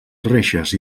reixes